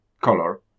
color